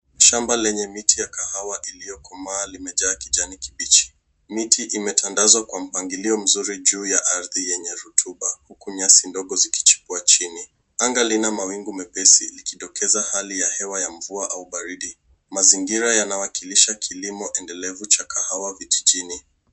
Shamba lenye miti ya kahawa iliyokomaa limejaa kijani kibichi. Miti imetandazwa kwa mpangilio mzuri juu ya ardhi yenye rutuba huku nyasi ndogo zikichukua chini. Anga lina mawingu mepesi likidokeza hali ya hewa ya mvua au baridi. Mazingira yanawakilisha kilimo endelevu cha kahawa vijijini.